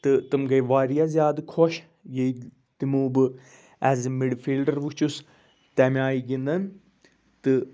تہٕ تٕم گٔیے واریاہ زیادٕ خۄش ییٚلہِ تِمو بہٕ ایز اےٚ مِڈفیٖلڈَر وٕچھُس تَمہِ آیہِ گِنٛدان تہٕ